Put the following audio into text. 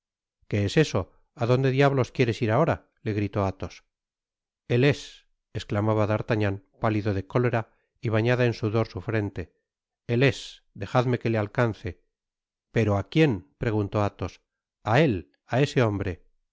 qué es eso á dónde diablos quieres ir ahora le gritó athos el es esclamaba d'artagnan pálido de cólera y bañada en sudor su frente el es dejadme qne le alcance l pero áquién preguntó athos i a él á ese hombre